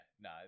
no